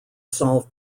solve